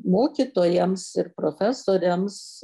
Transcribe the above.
mokytojams ir profesoriams